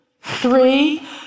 three